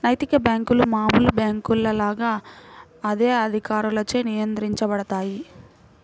నైతిక బ్యేంకులు మామూలు బ్యేంకుల లాగా అదే అధికారులచే నియంత్రించబడతాయి